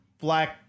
black